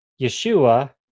Yeshua